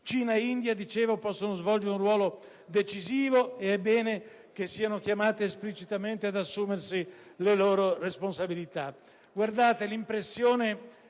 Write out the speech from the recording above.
Cina e India possono svolgere un ruolo decisivo ed è bene che siano chiamate esplicitamente ad assumersi le loro responsabilità.